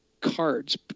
cards